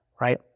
right